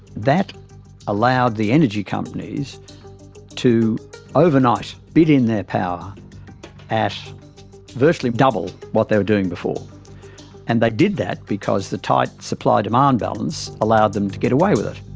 that allowed the energy companies to overnight bid in their power at virtually double what they were doing before and they did that because the tight supply-demand balance allowed them to get away with it.